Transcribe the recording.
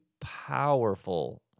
powerful